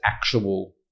actual